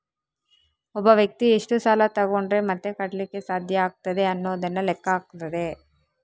ಒಬ್ಬ ವ್ಯಕ್ತಿ ಎಷ್ಟು ಸಾಲ ತಗೊಂಡ್ರೆ ಮತ್ತೆ ಕಟ್ಲಿಕ್ಕೆ ಸಾಧ್ಯ ಆಗ್ತದೆ ಅನ್ನುದನ್ನ ಲೆಕ್ಕ ಹಾಕ್ತದೆ